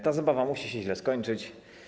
Ta zabawa musi się źle skończyć.